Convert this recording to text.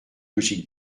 logique